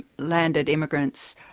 landed immigrants,